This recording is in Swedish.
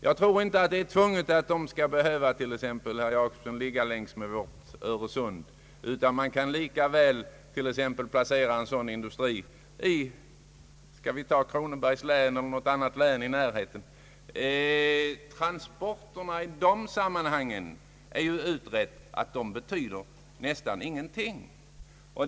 Det är, herr Jacobsson, inte nödvändigt, att förlägga industrier längs Öresund. Man kan lika väl placera en sådan industri i exempelvis Kronobergs län eller något annat län i närheten. Utredningar visar att transportavstånden 1 dessa sammanhang nästan inte betyder någonting.